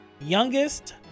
youngest